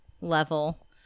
level